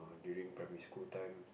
during primary school time